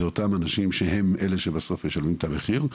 אלו אותם אנשים שהם אלו שבסוף משלמים את המחיר,